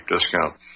discount